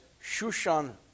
Shushan